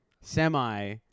Semi